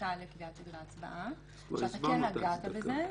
ההצדקה לקביעת סדרי ההצבעה, שאתה כן נגעת בזה.